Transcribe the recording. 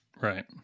Right